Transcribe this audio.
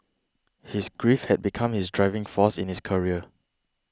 his grief had become his driving forcing in his career